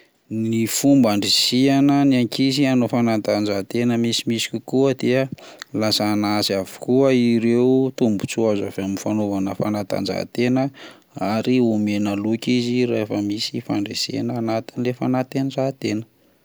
Ny fomba andrisihana ny ankizy hanao fanatanjahantena misimisy kokoa dia lazana azy avokoa ireo tombotsoa azo avy amin'ny fanaovana fanatanjahantena ary omena loka izy rehefa misy fandresena anaty le fanantajahantena.